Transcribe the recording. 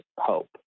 hope